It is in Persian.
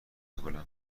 گلم